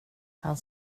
han